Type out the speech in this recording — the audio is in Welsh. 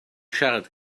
siarad